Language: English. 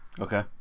okay